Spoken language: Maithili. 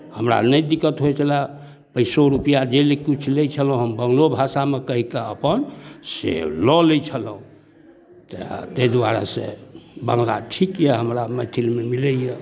हमरा नहि दिक्कत होइ छलय पैसो रुपैआ जे किछु लैत छलहुँ हम बंगलो भाषामे कहि कऽ अपन से लऽ लैत छलहुँ तऽ ताहि दुआरे से बंगला ठीक यए हमरा मैथिलमे मिलैए